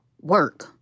work